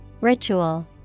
Ritual